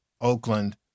Oakland